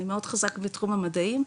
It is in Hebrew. אני מאוד חזק בתחום המדעים,